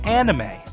anime